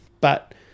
But-